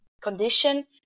condition